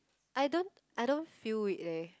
I don't I don't feel it leh